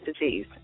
disease